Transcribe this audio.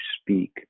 speak